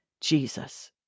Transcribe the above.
Jesus